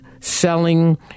selling